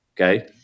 okay